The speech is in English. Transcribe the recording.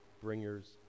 bringers